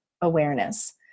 awareness